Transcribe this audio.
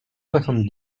soixante